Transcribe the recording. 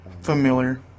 familiar